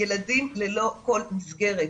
ילדים ללא כל מסגרת.